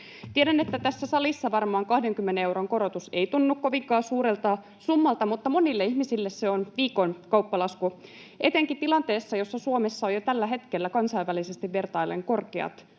Tiedän, että tässä salissa varmaan 20 euron korotus ei tunnu kovinkaan suurelta summalta, mutta monille ihmisille se on viikon kauppalasku, etenkin tilanteessa, jossa Suomessa on jo tällä hetkellä kansainvälisesti vertaillen korkeat